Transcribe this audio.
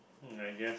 I guess